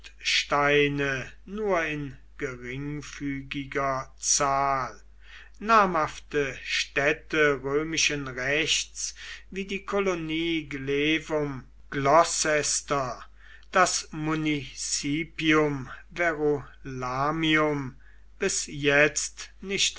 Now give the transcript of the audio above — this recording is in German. nur in geringfügiger zahl namhafte städte römischen rechts wie die kolonie glevum gloucester das municipium verulamium bis jetzt nicht